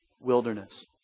wilderness